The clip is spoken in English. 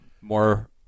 more